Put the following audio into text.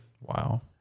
Wow